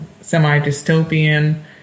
semi-dystopian